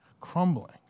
crumbling